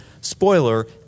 Spoiler